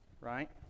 right